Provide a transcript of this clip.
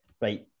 right